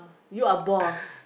you are boss